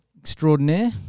extraordinaire